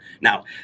Now